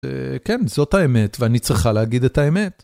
כן, זאת האמת, ואני צריכה להגיד את האמת.